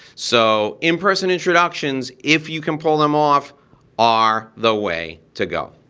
so in person introductions if you can pull them off are the way to go.